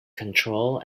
control